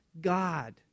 God